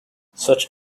such